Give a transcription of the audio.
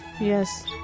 yes